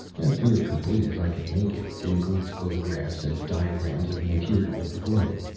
as near complete as i could make it. it includes photographs and diagrams of the interior of the globe.